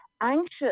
anxious